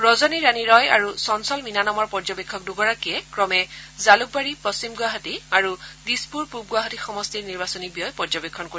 ৰজনী ৰাণী ৰয় আৰু চঞ্চল মীনা নামৰ পৰ্যবেক্ষক দুগৰাকীয়ে ক্ৰমে জালুকাবাৰী পশ্চিম গুৱাহাটী আৰু দিছপুৰ পূৱ গুৱাহাটী সমষ্টিৰ নিৰ্বাচনী ব্যয় পৰ্যবেক্ষণ কৰিব